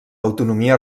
autonomia